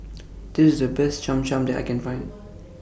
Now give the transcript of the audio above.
This IS The Best Cham Cham that I Can Find